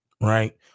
right